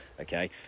okay